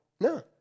No